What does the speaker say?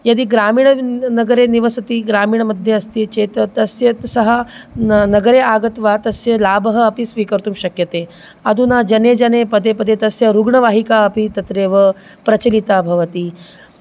यदि ग्रामीणनगरे निवसति ग्रामीणमध्ये अस्ति चेत् तस्य त् सः ना नगरे आगत्य तस्य लाभः अपि स्वीकर्तुं शक्यते अधुना जने जने पदे पदे तस्य रुग्णवाहिका अपि तत्रैव प्रचलिता भवति